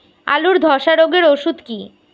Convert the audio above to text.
আলুর ধসা রোগের ওষুধ কি?